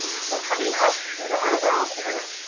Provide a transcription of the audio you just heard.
so, coming up through the eyebrow here,